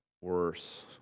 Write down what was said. worse